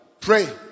pray